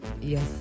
Yes